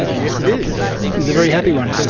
yes, it is, it's a very happy one too!